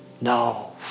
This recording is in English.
No